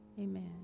Amen